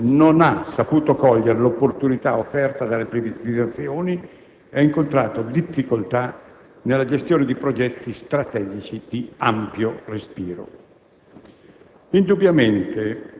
e il nostro capitalismo non ha saputo cogliere l'opportunità offerta dalle privatizzazioni e ha incontrato difficoltà nella gestione di progetti strategici di ampio respiro.